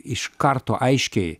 iš karto aiškiai